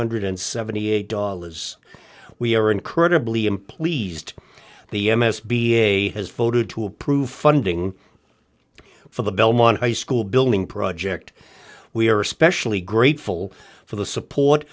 hundred and seventy eight dollars we are incredibly him pleased the m s b a has voted to approve funding for the belmont high school building project we are especially grateful for the support